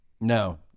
No